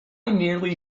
nearly